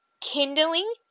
kindling